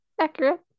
accurate